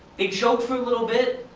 they choke for a little bit,